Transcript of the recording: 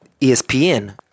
ESPN